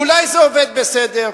אולי זה עובד בסדר?